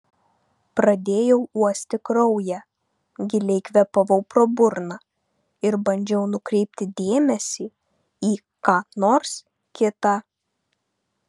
pradėjau uosti kraują giliai kvėpavau pro burną ir bandžiau nukreipti dėmesį į ką nors kita